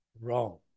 wrong